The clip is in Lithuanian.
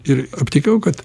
ir aptikau kad